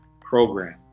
program